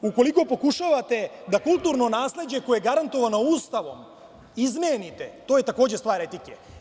Ukoliko pokušavate da kulturno nasleđe koje je garantovano Ustavom izmenite, to je takođe stvar etike.